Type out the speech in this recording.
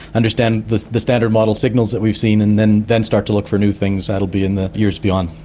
understand the the standard model signals that we've seen and then then start to look for new things. that will be in the years beyond.